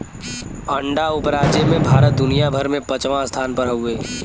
अंडा उपराजे में भारत दुनिया भर में पचवां स्थान पर हउवे